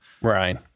Right